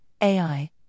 AI